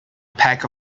pack